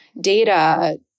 data